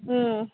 ம்